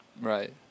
Right